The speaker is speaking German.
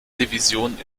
division